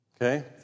Okay